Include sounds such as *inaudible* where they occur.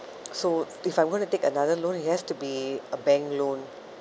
*noise* so if I want to take another loan it has to be a bank loan